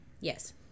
Yes